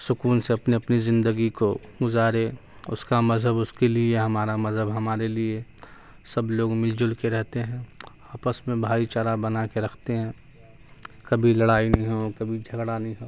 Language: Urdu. سکون سے اپنی اپنی زندگی کو گزاریں اس کا مذہب اس کے لیے ہمارا مذہب ہمارے لیے سب لوگ مل جل کے رہتے ہیں آپس میں بھائی چارہ بنا کے رکھتے ہیں کبھی لڑائی نہیں ہو کبھی جھگڑا نہیں ہو